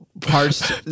parts